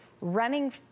running